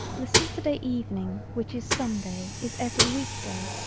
the saturday evening which is sunday is every week day.